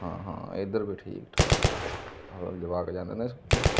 ਹਾਂ ਹਾਂ ਇੱਧਰ ਵੀ ਠੀਕ ਠਾਕ ਹੋਰ ਜਵਾਕ ਜਾਂਦੇ ਹੁੰਦੇ ਸਕੂਲ